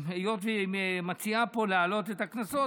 היות שהיא מציעה להעלות את הקנסות,